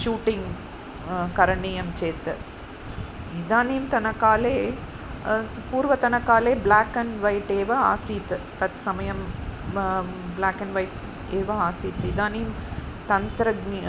shooting करणीयं चेत् इदानीन्तनकाले पूर्वतनकाले ब्लाक् आण्ड् वैट् एव आसीत् तत्समये ब ब्लाक् आण्ड् वैट् एव आसीत् इदानीं तन्त्रज्ञः